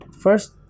first